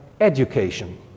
education